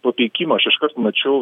papeikimą aš iškart mačiau